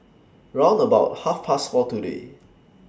round about Half Past four today